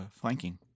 flanking